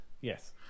yes